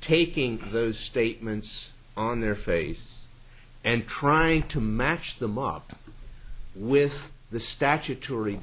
taking those statements on their face and trying to match them up with the statutory